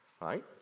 Right